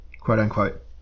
Quote-unquote